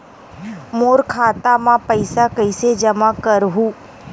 मोर खाता म पईसा कइसे जमा करहु?